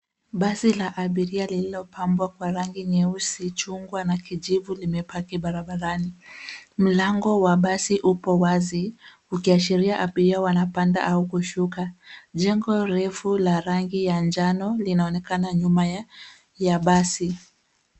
Basi la abiria lililopambwa kwa rangi nyeusi, chungwa na kijivu limepaki barabarani. Mlango wa basi upo wazi, ukiashiria abiria wanapanda au kushuka. Jengo refu la rangi ya njano linaonekana nyuma ya basi.